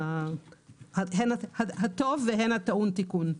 הן הטוב והן הטעון תיקון.